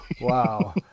wow